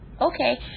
okay